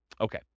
Okay